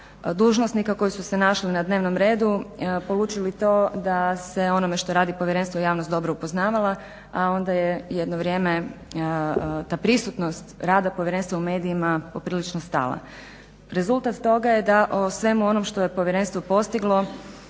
dužnosnika koji su se našli na dnevnom redu poručili to da se o onome što radi povjerenstvo javnost dobro upoznavala a onda je jedno vrijeme ta prisutnost rada povjerenstva u medijima poprilično stala. Rezultat toga je da o svemu onom što je povjerenstvo postiglo